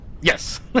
Yes